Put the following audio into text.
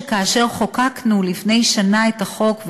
שכאשר חוקקנו לפני שנה את החוק,